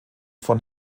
von